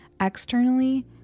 externally